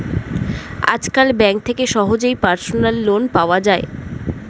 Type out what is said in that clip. আজকাল ব্যাঙ্ক থেকে সহজেই পার্সোনাল লোন নেওয়া যায়